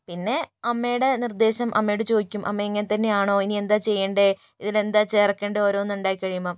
പിന്നെ അമ്മയുടെ നിർദേശം അമ്മയോട് ചോദിക്കും അമ്മേ ഇങ്ങനെത്തന്നെയാണോ ഇനി എന്താ ചെയ്യണ്ടേ ഇതിനെന്താ ചേർക്കണ്ടേ ഓരോന്നും ഉണ്ടായിക്കഴിയുമ്പോൾ